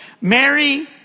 Mary